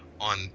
on